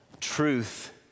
Truth